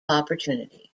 opportunity